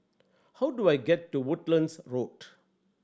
how do I get to Woodlands Road